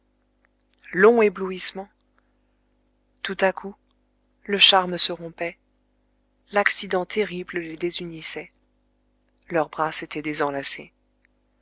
long éblouissement tout à coup le charme se rompait l'accident terrible les désunissait leurs bras s'étaient désenlacés